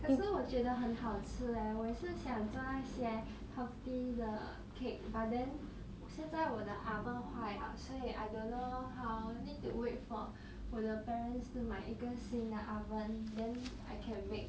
可是我觉得很好吃 leh 我也是想做那些 healthy 的 cake but then 我现在我的 oven 坏了所以 I don't know how need to wait for 我的 parents to 买一个新的 oven then I can make